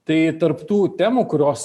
tai tarp tų temų kurios